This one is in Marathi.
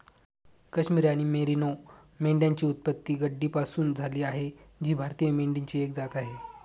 काश्मिरी आणि मेरिनो मेंढ्यांची उत्पत्ती गड्डीपासून झाली आहे जी भारतीय मेंढीची एक जात आहे